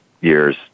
years